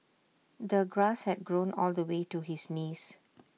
the grass had grown on the way to his knees